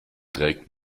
trägt